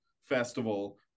festival